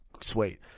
Sweet